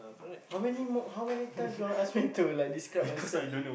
how many more how many times you wanna ask me to like describe myself